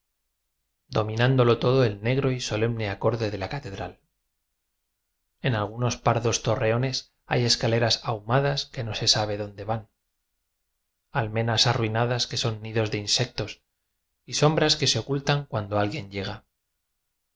dominándolo todo el negro y solemne acorde de la catedral en algunos pardos torreones hay escale ras ahumadas que no se sabe donde van almenas arruinadas que son nidos de insec tos y sombras que se ocultan cuando al guien llega